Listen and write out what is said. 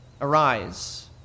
arise